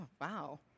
wow